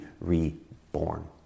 reborn